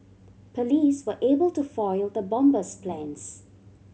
police were able to foil the bomber's plans